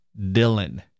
Dylan